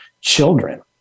children